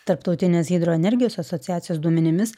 tarptautinės hidroenergijos asociacijos duomenimis